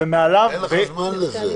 ומעליו --- אין לך זמן לזה.